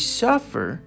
suffer